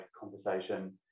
conversation